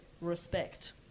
Respect